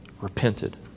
repented